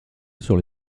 sur